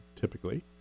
typically